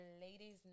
ladies